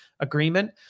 Agreement